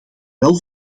wel